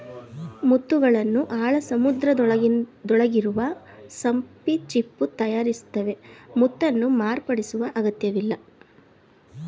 ಮುತ್ತುಗಳನ್ನು ಆಳ ಸಮುದ್ರದೊಳಗಿರುವ ಸಿಂಪಿ ಚಿಪ್ಪು ತಯಾರಿಸ್ತವೆ ಮುತ್ತನ್ನು ಮಾರ್ಪಡಿಸುವ ಅಗತ್ಯವಿಲ್ಲ